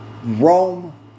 Rome